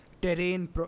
terrain